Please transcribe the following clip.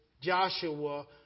Joshua